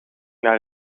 naar